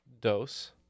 dose